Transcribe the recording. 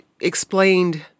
explained